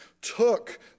took